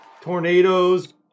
tornadoes